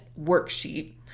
worksheet